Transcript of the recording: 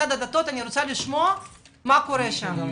אני רוצה לשמוע מה קורה שם.